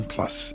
Plus